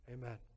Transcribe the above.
amen